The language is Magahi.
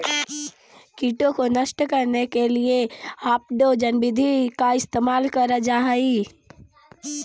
कीटों को नष्ट करने के लिए हापर डोजर विधि का इस्तेमाल करल जा हई